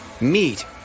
Meet